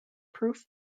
proof